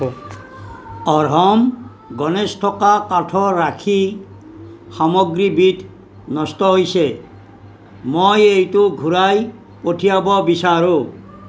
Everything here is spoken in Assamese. অৰ্হম গণেশ থকা কাঠৰ ৰাখী সামগ্ৰীবিধ নষ্ট হৈছে মই এইটো ঘূৰাই পঠিয়াব বিচাৰোঁ